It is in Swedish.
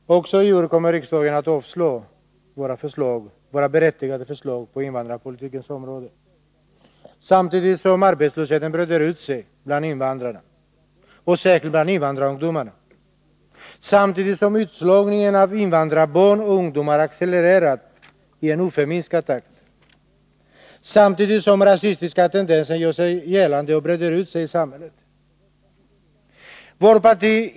Herr talman! Också i år kommer riksdagen att avslå våra berättigade förslag på invandrarpolitikens område — samtidigt som arbetslösheten breder ut sig bland invandrarna och särskilt bland invandrarungdomen — samtidigt som utslagningen av invandrarbarn och ungdomar accelererar i oförminskad takt, samtidigt som rasistiska tendenser gör sig gällande och breder ut sig i samhället.